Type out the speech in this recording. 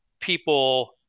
people